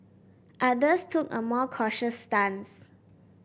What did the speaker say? others took a more cautious stance